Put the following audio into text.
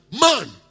man